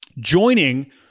Joining